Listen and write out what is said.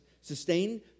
Sustained